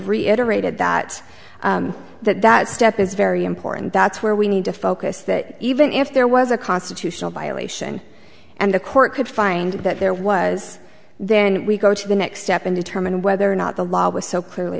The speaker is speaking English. reiterated that that that step is very important that's where we need to focus that even if there was a constitutional violation and the court could find that there was then we go to the next step and determine whether or not the law was so clearly